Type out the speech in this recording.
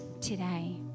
today